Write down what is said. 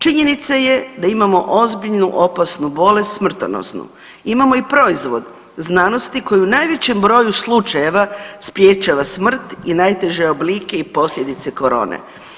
Činjenica je da imamo ozbiljnu opasnu bolest smrtonosnu, imamo i proizvod znanosti koji u najvećem broju slučajeva sprječava smrt i najteže oblike i posljedice korone.